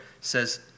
says